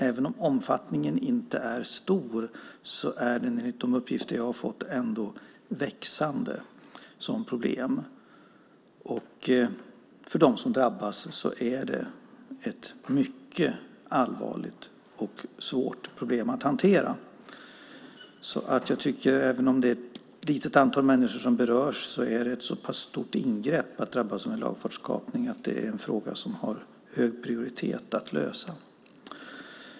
Även om omfattningen inte är stor är detta, enligt uppgifter jag fått, ett växande problem. För dem som drabbas är lagfartskapning ett mycket allvarligt och svårt problem att hantera. Även om ett litet antal människor berörs är det ett så pass stort ingrepp i ens liv när man drabbas av lagfartskapning att det är högprioriterat att lösa den frågan.